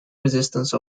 resistance